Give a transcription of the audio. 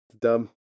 Dumb